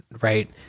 right